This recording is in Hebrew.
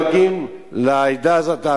אם כבר אנחנו כל כך דואגים לעדה הזאת,